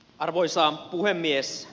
arvoisa puhemies